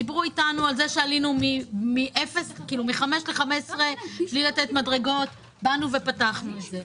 דיברו אתנו על זה שעלינו מ-5 ל-15 בלי לתת מדרגות - באנו ופתחנו את זה.